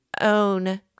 own